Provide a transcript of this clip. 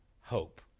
hope